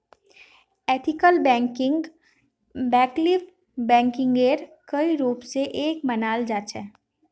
ethical बैंकिंगक वैकल्पिक बैंकिंगेर कई रूप स एक मानाल जा छेक